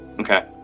Okay